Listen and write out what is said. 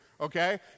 okay